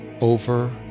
over